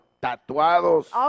Tatuados